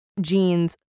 jeans